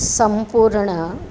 સંપૂર્ણ